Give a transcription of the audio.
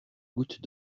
gouttes